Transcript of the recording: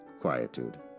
quietude